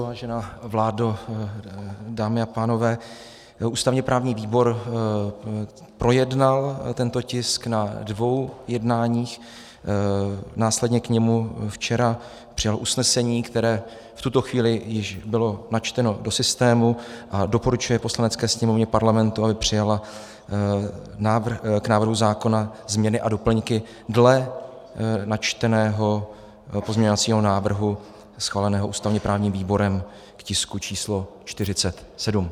Vážená vládo, dámy a pánové, ústavněprávní výbor projednal tento tisk na dvou jednáních, následně k němu včera přijal usnesení, které v tuto chvíli již bylo načteno do systému, a doporučuje Poslanecké sněmovně Parlamentu, aby přijala k návrhu zákona změny a doplňky dle načteného pozměňovacího návrhu schváleného ústavněprávním výborem k tisku číslo 47.